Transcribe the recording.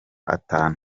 atanu